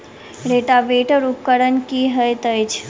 Rotavator उपकरण की हएत अछि?